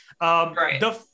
Right